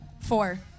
Four